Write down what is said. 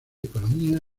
economía